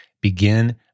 begin